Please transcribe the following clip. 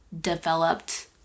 developed